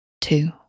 two